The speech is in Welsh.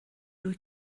wyt